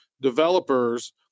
developers